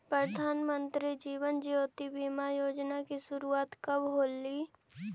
प्रधानमंत्री जीवन ज्योति बीमा योजना की शुरुआत कब होलई